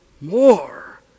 more